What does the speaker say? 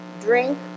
drink